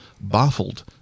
baffled